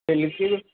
పెళ్ళికి